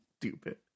Stupid